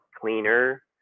cleaner